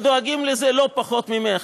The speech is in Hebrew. ודואגים לזה לא פחות ממך,